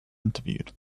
interviewed